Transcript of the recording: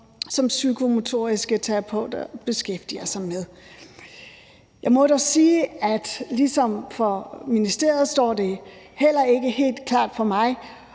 som psykomotoriske terapeuter beskæftiger sig med. Jeg må dog sige, at det ligesom for ministeriet heller ikke står helt klart for mig,